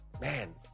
man